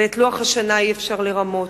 ואת לוח השנה אי-אפשר לרמות.